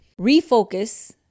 refocus